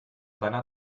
deiner